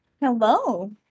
Hello